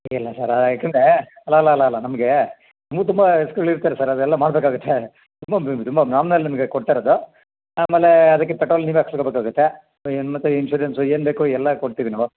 ಇಲ್ಲ ಸರ ಯಾಕಂದರೆ ಅಲಾಲಾಲಾಲ್ಲ ನಮಗೆ ನಮಗೂ ತುಂಬಾ ರಿಸ್ಕ್ಗಳಿರ್ತರೆ ಸರ್ ಅದೆಲ್ಲ ಮಾಡಬೇಕಾಗುತ್ತೆ ತುಂಬ ತುಂಬ ನಾಮ್ನಲ್ ನಿಮಗೆ ಕೊಡ್ತಾ ಇರೋದು ಆಮೇಲೆ ಅದಕ್ಕೆ ಪೆಟ್ರೋಲ್ ನೀವೇ ಹಾಕ್ಸೊಬೇಕಾಗತ್ತೆ ಏನು ಮತ್ತು ಇನ್ಶೂರೆನ್ಸು ಏನು ಬೇಕೋ ಎಲ್ಲ ಕೊಡ್ತೀವಿ ನಾವು